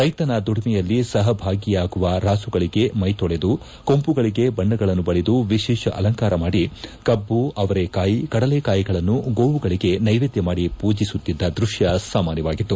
ರೈಶನ ದುಡಿಮೆಯಲ್ಲಿ ಸಪಭಾಗಿಯಾಗುವ ರಾಸುಗಳಗೆ ಮೈ ತೊಳೆದು ಕೊಂಬುಗಳಗೆ ಬಣ್ಣಗಳನ್ನು ಬಳಿದು ವಿಶೇಷ ಅಲಂಕಾರ ಮಾಡಿ ಕಬ್ಲು ಅವರೇ ಕಾಯಿ ಕಡಲೇಕಾಯಿಗಳನ್ನು ಗೋವುಗಳಿಗೆ ನೇವೇದ್ಯ ಮಾಡಿ ಪೂಜಿಸುತ್ತಿದ್ದ ದೃಕ್ತ ಸಾಮಾನ್ಯವಾಗಿತ್ತು